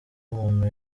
muntu